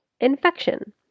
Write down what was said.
infection